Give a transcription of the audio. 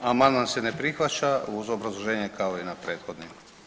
Amandman se ne prihvaća uz obrazloženje kao i na prethodni.